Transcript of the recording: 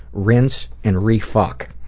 rinse, and re-fuck.